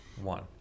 one